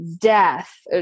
death